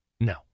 No